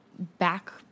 back